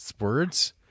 Words